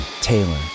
Taylor